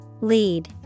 Lead